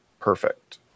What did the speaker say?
perfect